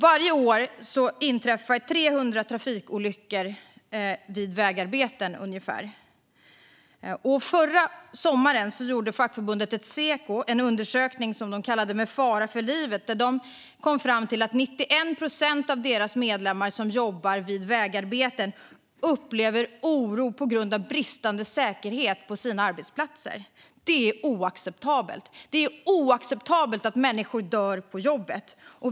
Varje år inträffar omkring 300 trafikolyckor vid vägarbeten. Förra sommaren gjorde fackförbundet Seko en undersökning och presenterade rapporten Med fara för livet . De kom fram till att 91 procent av deras medlemmar som jobbar vid vägarbeten upplever oro på grund av bristande säkerhet på sina arbetsplatser. Det är oacceptabelt, och det är oacceptabelt att människor dör på jobbet.